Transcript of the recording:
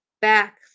back